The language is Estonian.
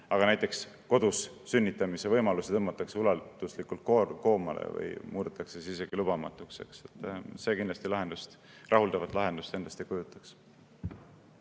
aga näiteks kodus sünnitamise võimalusi tõmmataks ulatuslikult koomale või muudetaks isegi lubamatuks, siis see kindlasti rahuldavat lahendust endast ei kujutaks.